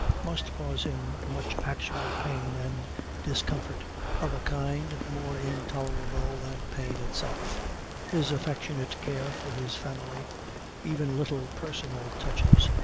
must cause him much actual pain and discomfort of a kind more intolerable than pain itself his affectionate care for his family even little personal touches,